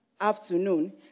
afternoon